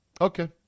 Okay